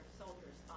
soldiers